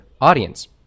audience